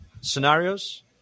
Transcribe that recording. scenarios